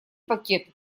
пакет